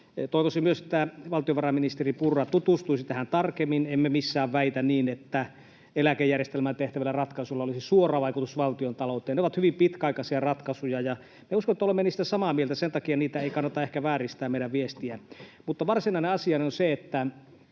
Toivoisin myös, että valtiovarainministeri Purra tutustuisi tähän tarkemmin. Emme missään väitä niin, että eläkejärjestelmään tehtävillä ratkaisuilla olisi suora vaikutus valtiontalouteen. Ne ovat hyvin pitkäaikaisia ratkaisuja, ja minä uskon, että olemme niistä samaa mieltä. Sen takia ei kannata ehkä vääristää niitä, meidän viestiämme. Mutta varsinainen asiani on se, että